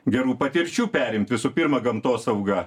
gerų patirčių perimt visų pirma gamtosauga